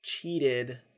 cheated